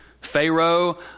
Pharaoh